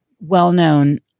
well-known